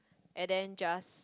and then just